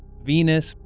venus,